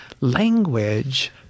language